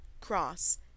cross